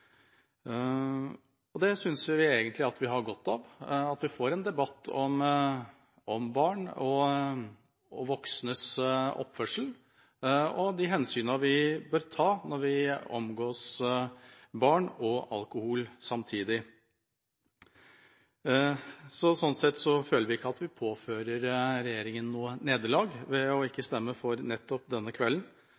og voksnes oppførsel og de hensynene vi bør ta når vi omgås barn og alkohol samtidig. Slik sett føler vi ikke at vi